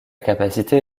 capacité